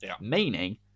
Meaning